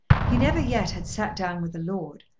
he never yet had sat down with a lord,